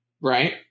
Right